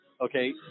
Okay